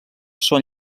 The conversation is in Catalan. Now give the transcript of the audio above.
són